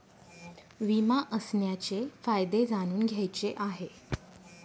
विमा असण्याचे फायदे जाणून घ्यायचे आहे